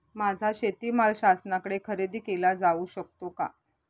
माझा शेतीमाल शासनाकडे खरेदी केला जाऊ शकतो का?